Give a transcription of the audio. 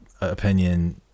opinion